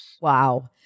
Wow